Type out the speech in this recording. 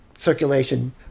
circulation